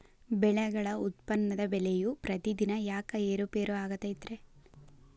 ಬೆಳೆಗಳ ಉತ್ಪನ್ನದ ಬೆಲೆಯು ಪ್ರತಿದಿನ ಯಾಕ ಏರು ಪೇರು ಆಗುತ್ತೈತರೇ?